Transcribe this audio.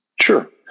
Sure